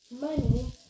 Money